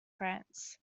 france